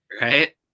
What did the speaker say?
right